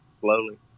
slowly